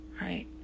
right